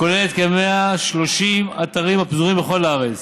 כוללת כ-130 אתרים הפזורים בכל הארץ